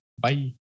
Bye